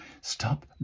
Stop